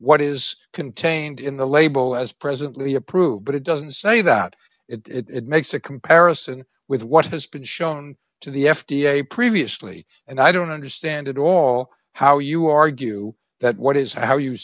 what is contained in the label as presently approved but it doesn't say that it makes a comparison with what has been shown to the f d a previously and i don't understand at all how you argue that what is how you